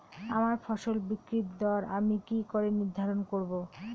আমার ফসল বিক্রির দর আমি কি করে নির্ধারন করব?